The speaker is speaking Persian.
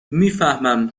میفهمم